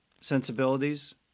sensibilities